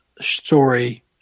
story